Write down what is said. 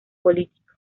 político